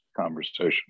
conversation